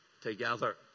together